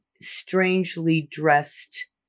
strangely-dressed